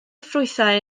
ffrwythau